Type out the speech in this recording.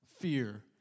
fear